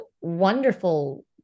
wonderful